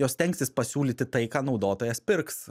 jos stengsis pasiūlyti tai ką naudotojas pirks